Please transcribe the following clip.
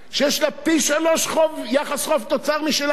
שיש לה פי-שלושה יחס חוב תוצר משלנו,